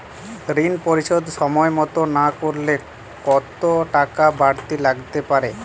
ঋন পরিশোধ সময় মতো না করলে কতো টাকা বারতি লাগতে পারে?